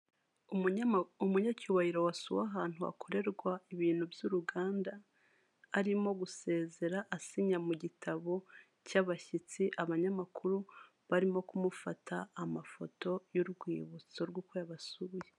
Umugabo wambaye ingofero y'ubururu amadarubindi, uri guseka wambaye umupira wumweru ndetse ufite mudasobwa mu ntoki ze. Ari ku gapapuro k'ubururu kandidikishijweho amagambo yumweru ndetse n'ayumuhondo yanditswe mu kirimi cyamahanga cyicyongereza.